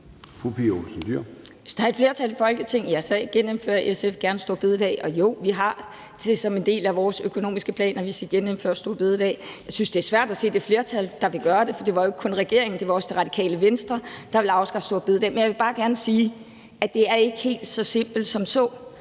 Hvis der er et flertal i Folketinget, genindfører SF gerne store bededag. Og ja, vi har det som en del af vores økonomiske plan, at vi skal genindføre store bededag. Jeg synes, det er svært at se det flertal, der vil gøre det, for det var jo ikke kun regeringen, der ville afskaffe store bededag, det var også Radikale Venstre. Jeg vil bare gerne sige, at det ikke er helt så simpelt som så,